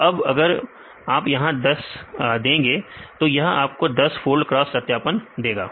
तो अब अगर आप यहां 10 देंगे तो यह आपको 10 फोल्ड क्रॉस सत्यापन देगा